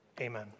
amen